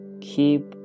Keep